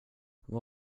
vad